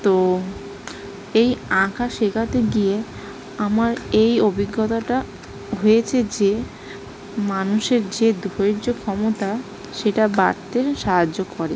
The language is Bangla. তো এই আঁকা শেখাতে গিয়ে আমার এই অভিজ্ঞতাটা হয়েছে যে মানুষের যে ধৈর্য ক্ষমতা সেটা বাড়তে সাহায্য করে